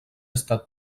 estat